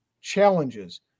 challenges